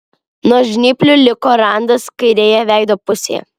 nuo žnyplių liko randas kairėje veido pusėje